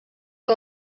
que